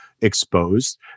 exposed